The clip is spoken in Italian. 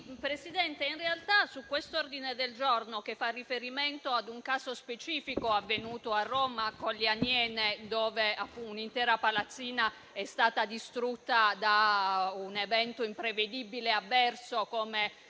Presidente, su questo ordine del giorno, che fa riferimento ad un caso specifico avvenuto a Roma, a Colli Aniene, dove un'intera palazzina è stata distrutta da un evento imprevedibile avverso, come